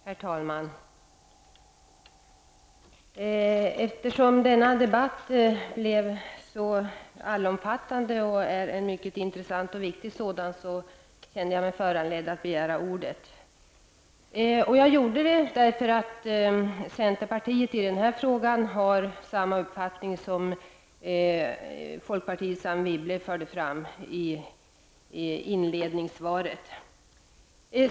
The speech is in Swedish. Herr talman! Eftersom denna debatt blev så allomfattande och dessutom är en intressant och viktig sådan, kände jag mig föranledd att begära ordet. Jag gjorde det därför att centerpartiet har samma uppfattning som den folkpartiets Anne Wibble förde fram i inledningsanförandet i den här frågan.